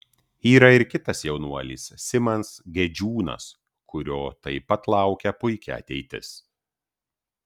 yra ir kitas jaunuolis simas gedžiūnas kurio taip pat laukia puiki ateitis